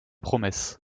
promesses